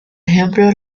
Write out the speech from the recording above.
ejemplos